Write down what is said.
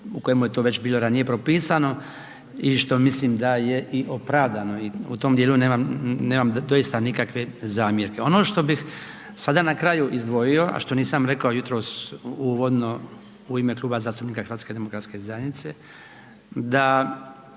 u kojemu je to već bilo ranije propisano i što mislim da je i opravdano i u tom dijelu nemam doista nikakve zamjerke. Ono što bih sada na kraju izdvojio a što nisam rekao jutros uvodno u ime Kluba zastupnika HDZ-a da